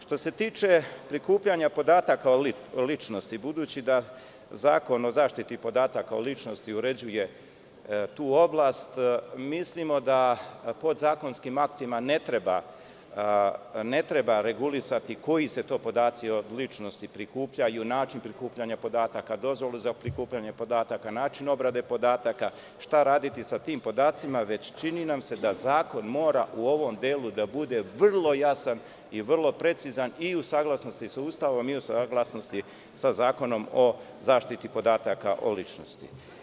Što se tiče prikupljanja podataka o ličnosti, budući da Zakon o zaštiti podataka o ličnosti uređuje tu oblast, mislimo da podzakonskim aktima ne treba regulisati koji se to podaci o ličnosti prikupljaju, način prikupljanja podataka, dozvolu za prikupljanje podataka, način obrade podataka, šta raditi sa tim podacima, već čini nam se da zakon mora u ovom delu da bude vrlo jasan i precizan i u saglasnosti sa Ustavom i sa Zakonom o zaštiti podataka o ličnosti.